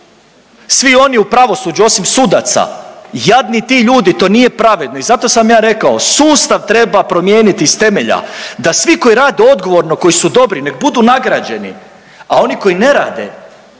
svi oni u pravosuđu osim sudaca, jadni ti ljudi, to nije pravedno i zato sam ja rekao sustav treba promijeniti iz temelja da svi koji rade odgovorno, koji su dobri nek budu nagrađeni, a oni koji ne rade,